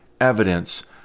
evidence